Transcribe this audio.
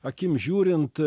akim žiūrint